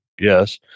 Yes